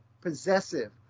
possessive